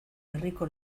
herriko